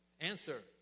Answer